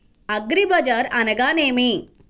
అగ్రిబజార్ అనగా నేమి?